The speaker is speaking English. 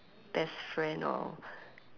best friend or